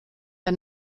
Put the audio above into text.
der